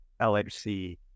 LHC